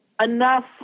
enough